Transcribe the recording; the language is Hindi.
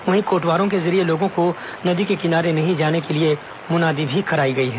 वहीं कोटवारों के जरिये लोगों को नदी किनारे नहीं जाने के लिए मुनादी भी कराई गई है